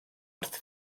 wrth